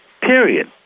Period